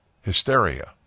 hysteria